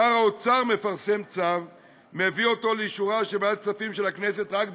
שר האוצר מפרסם צו ומביא אותו לאישור ועדת הכספים של הכנסת רק בדיעבד.